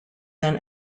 than